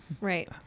Right